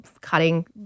cutting